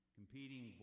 competing